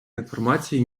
інформації